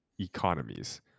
economies